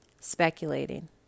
speculating